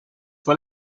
fue